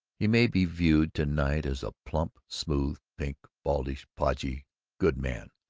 he may be viewed to-night as a plump, smooth, pink, baldish, podgy goodman,